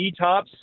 ETOPS